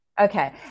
Okay